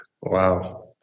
Wow